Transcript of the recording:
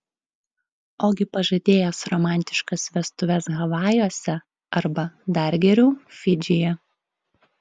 ogi pažadėjęs romantiškas vestuves havajuose arba dar geriau fidžyje